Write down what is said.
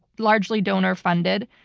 largely donor funded.